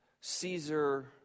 Caesar